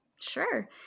Sure